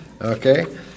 Okay